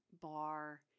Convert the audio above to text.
bar